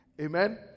Amen